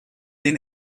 den